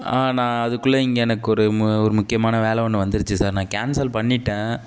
ஆ நான் அதுக்குள்ளே இங்கே எனக்கொரு மு ஒரு முக்கியமான வேலை ஒன்று வந்துருச்சு சார் நான் கேன்சல் பண்ணிவிட்டேன்